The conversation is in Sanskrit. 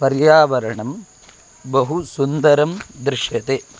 पर्यावरणं बहु सुन्दरं दृश्यते